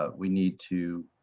ah we need to